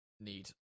need